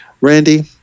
Randy